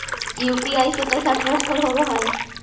UPI से पैसा transfer होवहै?